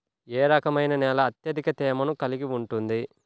ఏ రకమైన నేల అత్యధిక తేమను కలిగి ఉంటుంది?